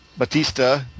Batista